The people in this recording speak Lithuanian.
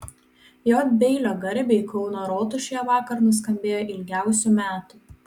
j beilio garbei kauno rotušėje vakar nuskambėjo ilgiausių metų